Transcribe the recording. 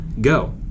go